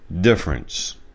difference